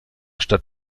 statt